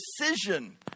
decision